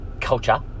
culture